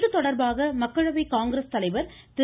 இதுதொடர்பாக மக்களவை காங்கிரஸ் தலைவர் திரு